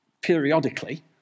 periodically